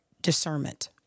discernment